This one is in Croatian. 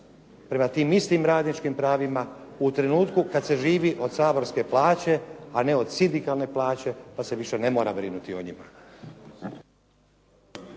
prema tim istim radničkim pravima u trenutku kad se živi od saborske plaće a ne od sindikalne plaće pa se više ne mora brinuti o njima.